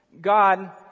God